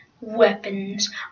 weapons